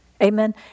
Amen